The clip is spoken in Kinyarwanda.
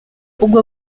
ubwo